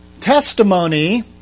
testimony